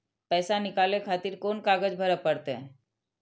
पैसा नीकाले खातिर कोन कागज भरे परतें?